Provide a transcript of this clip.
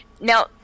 Now